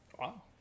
Wow